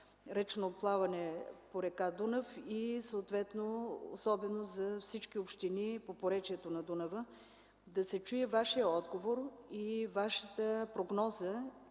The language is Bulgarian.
„Речно плаване” по река Дунав и особено за всички общини по поречието на Дунава, да се чуе Вашият отговор, Вашата прогноза